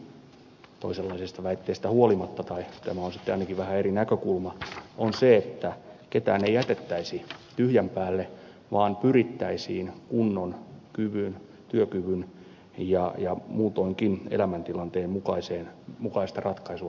koko lain henki toisenlaisista väitteistä huolimatta tai tämä on ainakin vähän eri näkökulma on se että ketään ei jätettäisi tyhjän päälle vaan pyrittäisiin kunnon työkyvyn ja muutoinkin elämäntilanteen mukaista ratkaisua hakemaan